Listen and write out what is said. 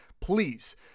please